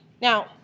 Now